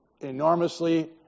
enormously